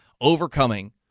overcoming